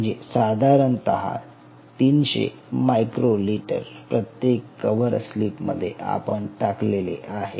म्हणजे साधारणतः तीनशे मायक्रो लिटर प्रत्येक कव्हर स्लिप मध्ये आपण टाकलेले आहे